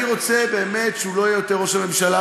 אני רוצה באמת שהוא לא יהיה יותר ראש הממשלה,